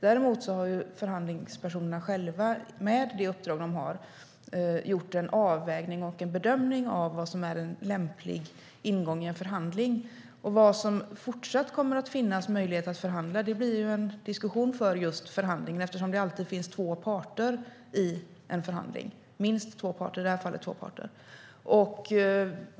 Däremot har förhandlingspersonerna själva, med det uppdrag de har, gjort en avvägning och bedömning av vad som är en lämplig ingång i en förhandling. Vad som fortsatt kommer att finnas möjlighet att förhandla om blir en diskussion för just förhandlingen eftersom det alltid finns minst två parter i en förhandling. I det här fallet är det två parter.